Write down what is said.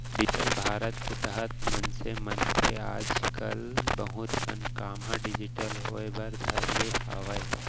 digital Bharat के तहत मनसे मन के आज कल बहुत कन काम ह डिजिटल होय बर धर ले हावय